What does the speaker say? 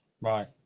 right